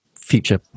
future